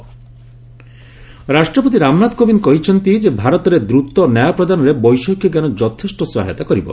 ପ୍ରେଜ୍ ଏସ୍ସି ରାଷ୍ଟ୍ରପତି ରାମନାଥ କୋବିନ୍ଦ କହିଛନ୍ତି ଯେ ଭାରତରେ ଦୂତ ନ୍ୟାୟ ପ୍ରଦାନରେ ବୈଷୟିକଜ୍ଞାନ ଯଥେଷ୍ଟ ସହାୟତା କରିବ